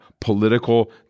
political